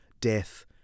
death